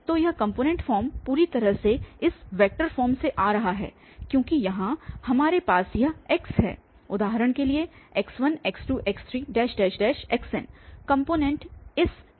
तो यह component form पूरी तरह से इस वेक्टर फॉर्म से आ रहा है क्योंकि यहां हमारे पास यह x है उदाहरण के लिए x1 x2 x3 xn component इस k1th स्तर पर हैं